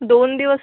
दोन दिवस